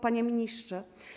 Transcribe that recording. Panie Ministrze!